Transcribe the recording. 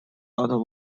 out